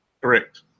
Correct